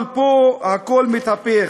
אבל פה הכול מתהפך.